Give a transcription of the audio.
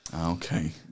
okay